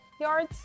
yards